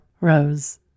Rose